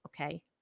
Okay